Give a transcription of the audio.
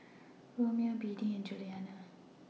Romeo Beadie and Julianna